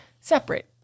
separate